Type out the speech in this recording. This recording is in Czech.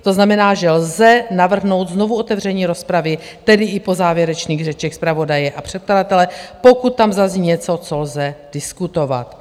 To znamená, že lze navrhnout znovuotevření rozpravy, tedy i po závěrečných řečech zpravodaje a předkladatele, pokud tam zazní něco, co lze diskutovat.